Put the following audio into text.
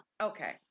okay